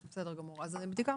זה בבדיקה.